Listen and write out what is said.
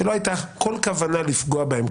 שלא הייתה כל כוונה לפגוע בהם.